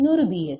இன்னொரு பி